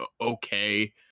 okay